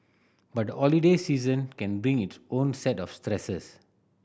but the holiday season can bring its own set of stresses